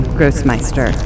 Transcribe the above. Grossmeister